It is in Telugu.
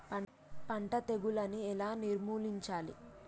పంట తెగులుని ఎలా నిర్మూలించాలి?